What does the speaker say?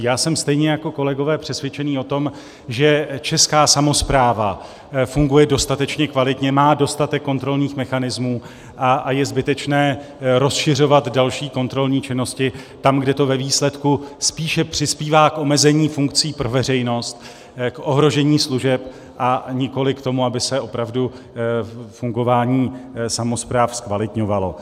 Já jsem stejně jako kolegové přesvědčený o tom, že česká samospráva funguje dostatečně kvalitně, má dostatek kontrolních mechanismů a je zbytečné rozšiřovat další kontrolní činnosti tam, kde to ve výsledku spíše přispívá k omezení funkcí pro veřejnost, k ohrožení služeb, a nikoliv k tomu, aby se opravdu fungování samospráv zkvalitňovalo.